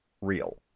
real